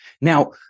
Now